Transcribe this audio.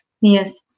Yes